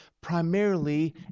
primarily